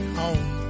home